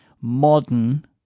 modern